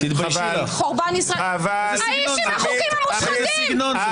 האיש של החוקים המושחתים.